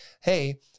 Hey